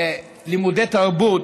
בלימודי תרבות